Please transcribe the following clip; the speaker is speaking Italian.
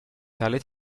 tale